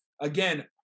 again